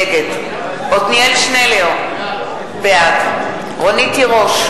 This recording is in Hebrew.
נגד עתניאל שנלר, בעד רונית תירוש,